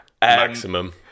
Maximum